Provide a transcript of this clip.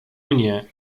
mnie